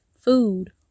food